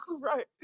Right